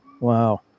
Wow